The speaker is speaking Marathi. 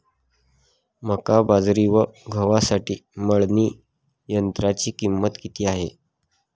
मका, बाजरी व गव्हासाठी मळणी यंत्राची किंमत किती आहे?